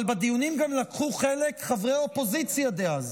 אבל בדיונים לקחו חלק גם חברי אופוזיציה דאז,